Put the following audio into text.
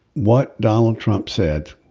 what donald trump said